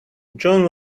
john